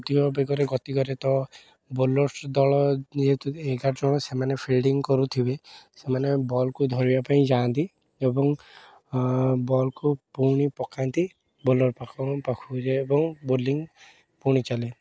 ଅଧିକ ବେଗରେ ଗତିକରେ ତ ବୋଲର୍ସ ଦଳ ଯେହେତୁ ଏଗାର ଜଣ ସେମାନେ ଫିଲଡିଂ କରୁଥିବେ ସେମାନେ ବଲକୁ ଧରିବା ପାଇଁ ଯାଆନ୍ତି ଏବଂ ବଲକୁ ପୁଣି ପକାନ୍ତି ବୋଲର ପାଖକୁ ପାଖକୁ ଯାଏ ଏବଂ ବୋଲିଂ ପୁଣି ଚାଲେ